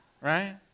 right